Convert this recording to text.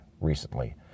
recently